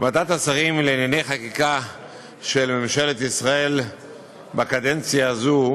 ועדת השרים לענייני חקיקה של ממשלת ישראל בקדנציה הזו